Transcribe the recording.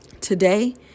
Today